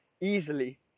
easily